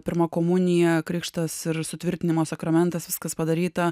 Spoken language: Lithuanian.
pirma komunija krikštas ir sutvirtinimo sakramentas viskas padaryta